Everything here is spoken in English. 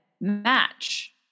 match